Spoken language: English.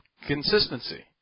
Consistency